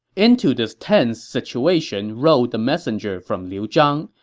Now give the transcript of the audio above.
into this tense situation rode the messenger from liu zhang,